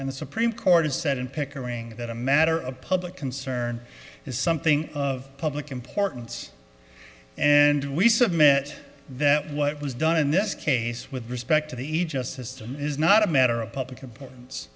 and the supreme court has said in pickering that a matter of public concern is something of public importance and we submit that what was done in this case with respect to the aegis system is not a matter of public appearance